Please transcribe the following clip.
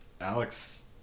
Alex